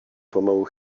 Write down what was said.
pomału